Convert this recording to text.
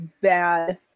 bad